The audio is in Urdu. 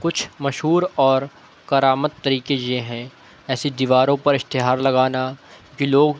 کچھ مشہور اور کار آمد طریقے یہ ہیں ایسی دیواروں پر اشتہار لگانا کہ لوگ